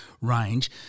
range